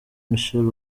michelle